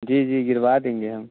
जी जी गिरवा देंगे हम